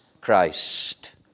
Christ